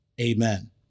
Amen